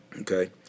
Okay